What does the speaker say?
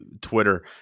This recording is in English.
Twitter